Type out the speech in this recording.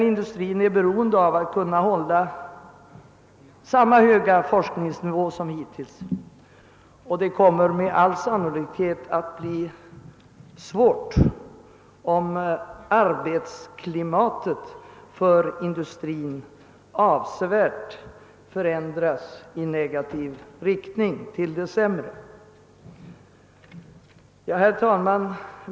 Industrin är beroende av att kunna hålla samma höga forskningsnivå som hittills, och detta kommer med all sannolikhet att bli svårt, om arbetsklimatet för industrin avsevärt förändras till det sämre. Herr talman!